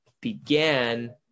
began